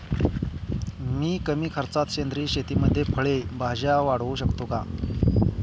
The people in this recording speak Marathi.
मी कमी खर्चात सेंद्रिय शेतीमध्ये फळे भाज्या वाढवू शकतो का?